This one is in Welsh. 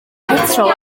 petrol